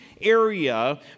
area